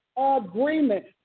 Agreement